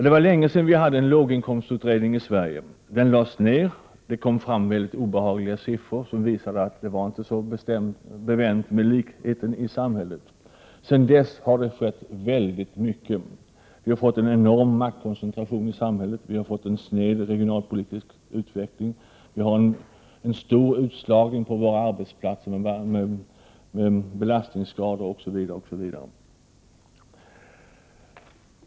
Det var länge sedan vi hade en låginkomstutredning i Sverige, och den lades ner, för det kom fram väldigt obehagliga siffror som visade att det inte var så bevänt med likheten i samhället. Sedan dess har det skett väldigt mycket. Vi har fått en enorm maktkoncentration i samhället. Vi har fått en sned regional utveckling. Det sker en stor utslagning på våra arbetsplatser, med belastningsskador, osv. osv.